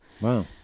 Wow